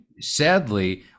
sadly